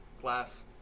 Class